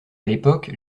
l’époque